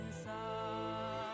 inside